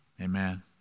amen